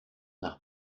nach